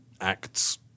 acts